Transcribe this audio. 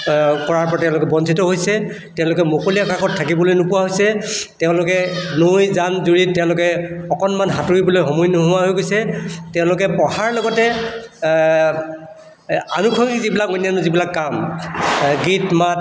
কৰাৰ পৰা তেওঁলোক বঞ্চিত হৈছে তেওঁলোকে মুকলি আকাশত থাকিবলৈ নোপোৱা হৈছে তেওঁলোকে নৈ জান জুৰিত তেওঁলোকে অকণমান সাঁতুৰিবলৈ সময় নোহোৱা হৈ গৈছে তেওঁলোকে পঢ়াৰ লগতে আনুষঙ্গিক যিবিলাক অন্যান্য যিবিলাক কাম গীত মাত